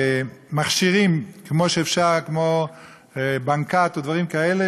מכשירים כמו בנקט או דברים כאלה,